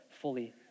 fully